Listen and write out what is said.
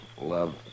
love